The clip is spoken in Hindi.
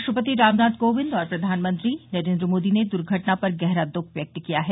राष्ट्रपति रामनाथ कोविंद और प्रधानमंत्री नरेन्द्र मोदी ने दुर्घटना पर गहरा दुख व्यक्त किया है